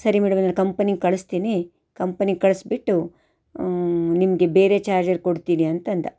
ಸರಿ ಮೇಡಮ್ ಅದನ್ನು ಕಂಪನಿಗೆ ಕಳಿಸ್ತೀನಿ ಕಂಪನಿಗೆ ಕಳಿಸ್ಬಿಟ್ಟು ನಿಮಗೆ ಬೇರೆ ಚಾರ್ಜರ್ ಕೊಡ್ತೀನಿ ಅಂತಂದ